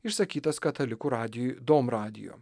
išsakytas katalikų radijui dom radio